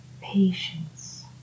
patience